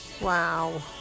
Wow